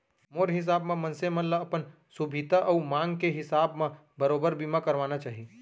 मोर हिसाब म मनसे मन ल अपन सुभीता अउ मांग के हिसाब म बरोबर बीमा करवाना चाही